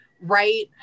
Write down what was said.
right